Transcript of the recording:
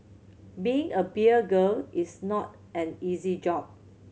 being a beer girl is not an easy job